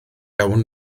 awn